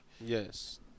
Yes